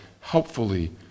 helpfully